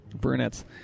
Brunettes